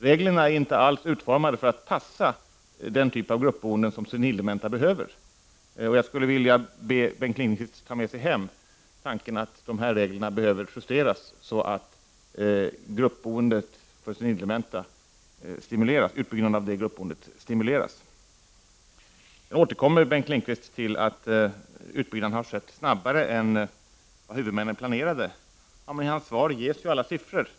Reglerna är inte alls utformade för den typ av gruppboende som senildementa behöver. Jag skulle vilja be Bengt Lindqvist att ta med sig hem tanken att dessa regler behöver justeras, så att utbyggnaden av gruppboende för senildementa stimuleras. Jag återkommer till det som har sagts om att utbyggnaden har skett snabbare än vad huvudmännen planerade. I Bengt Lindqvists svar ges alla siffror.